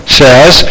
says